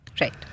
Right